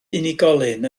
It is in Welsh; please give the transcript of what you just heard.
unigolyn